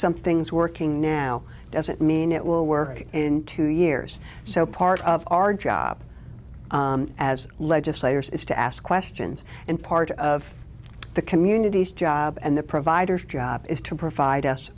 something's working now doesn't mean it will work in two years so part of our job as legislators is to ask questions and part of the community's job the provider's job is to provide us